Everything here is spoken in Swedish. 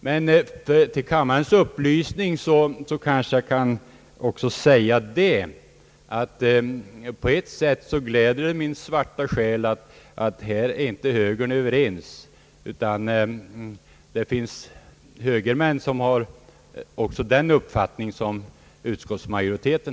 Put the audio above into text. Men till kammarens upplysning kanske jag också kan säga att på ett sätt gläder det min svarta själ att högern inte är överens utan att det finns högermän som har samma uppfattning som utskottsmajoriteten.